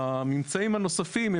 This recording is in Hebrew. הממצאים הנוספים,